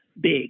big